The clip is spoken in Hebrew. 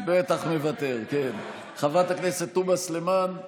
בטח מוותר, כן, חברת הכנסת תומא סלימאן,